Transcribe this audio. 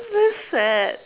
very sad